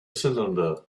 cylinder